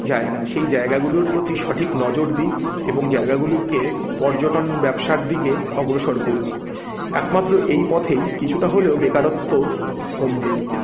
জায়গা সেই জায়গাগুলোর প্রতি সঠিক নজর দিক এবং জায়গাগুলিকে পর্যটন ব্যবসার দিকে অগ্রসর করুক একমাত্র এই পথেই কিছুটা হলেও বেকারত্ব কমবে